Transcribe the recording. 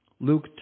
Luke